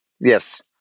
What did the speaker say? Yes